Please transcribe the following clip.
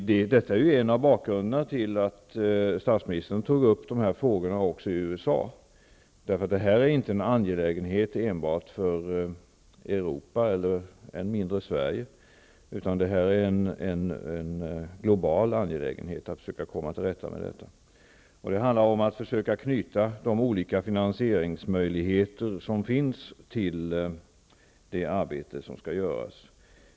Det här är en av bakgrunderna till att statsministern tog upp dessa frågor i USA. Detta är inte en angelägenhet enbart för Europa -- och än mindre för enbart Sverige --, utan det är en global angelägenhet att försöka komma till rätta med detta problem. Man måste försöka knyta de olika finansieringsmöjligheter som finns till det arbete som skall utföras.